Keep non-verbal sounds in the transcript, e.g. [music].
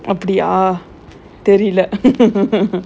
அப்டியா தெரில:apdiyaa therila [laughs]